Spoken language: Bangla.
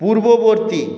পূর্ববর্তী